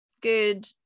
good